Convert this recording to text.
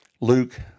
Luke